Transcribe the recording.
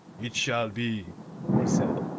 it shall be he said,